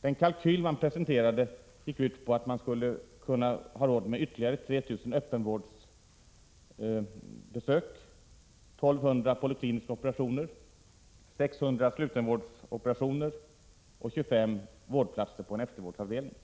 Den kalkyl som man presenterade gick ut på att man skulle få råd med ytterligare 3 000 öppenvårdsbesök, 1200 polikliniska operationer, 600 slutenvårdsoperationer och 25 vårdplatser på en eftervårdsavdelning.